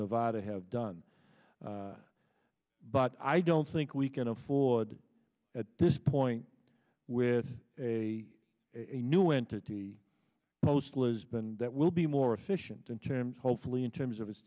nevada have done but i don't think we can afford at this point with a a new entity post was been that will be more efficient in terms hopefully in terms of his